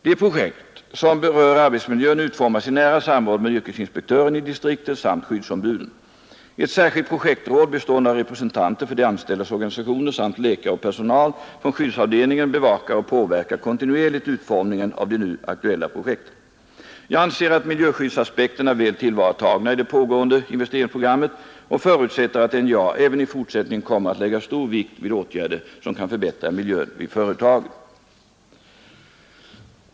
De projekt som rör arbetsmiljön utformas i nära samråd med yrkesinspektören i distriktet samt skyddsombuden. Ett särskilt projektråd, bestående av representanter för de anställdas organisationer samt läkare och personal från skyddsavdelningen, bevakar och påverkar kontinuerligt utformningen av de aktuella projekten. Jag anser att miljöskyddsaspekterna är väl tillvaratagna i det nu pågående investeringsprogrammet och förutsätter att NJA även i fortsättningen kommer att lägga stor vikt vid åtgärder som kan förbättra miljön vid företaget.